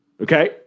Okay